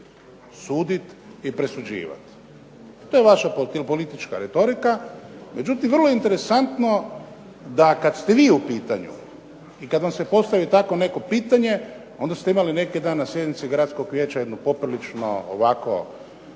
suditi i presuđivati. To je vaša politička retorika. Međutim vrlo interesantno da kad ste vi u pitanju, i kad vam se postavi takvo neko pitanje onda ste imali neki dan na sjednici gradskog vijeća jednu poprilično ovako